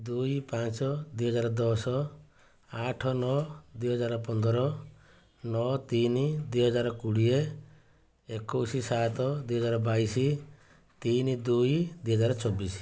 ଦୁଇ ପାଞ୍ଚ ଦୁଇ ହଜାର ଦଶ ଆଠ ନଅ ଦୁଇ ହଜାର ପନ୍ଦର ନଅ ତିନି ଦୁଇ ହଜାର କୋଡ଼ିଏ ଏକୋଇଶି ସାତ ଦୁଇ ହଜାର ବାଇଶି ତିନି ଦୁଇ ଦୁଇ ହଜାର ଚବିଶି